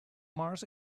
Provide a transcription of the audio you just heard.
mars